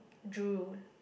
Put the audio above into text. zoo